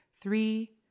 Three